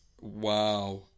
Wow